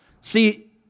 See